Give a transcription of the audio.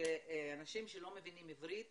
שאנשים שלא מבינים עברית